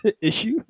issue